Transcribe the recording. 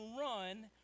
run